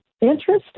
Interesting